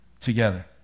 together